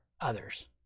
others